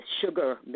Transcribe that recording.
sugar